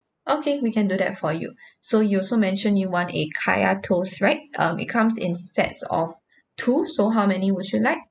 okay we can do that for you so you also mentioned you want a kaya toast right um it comes in sets of two so how many would you like